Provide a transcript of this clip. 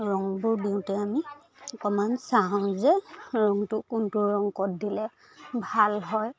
ৰংবোৰ দিওঁতে আমি অকণমান চাওঁ যে ৰংটো কোনটো ৰং ক'ত দিলে ভাল হয়